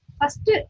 first